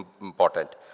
important